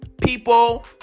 people